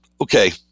Okay